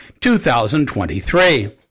2023